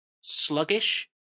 sluggish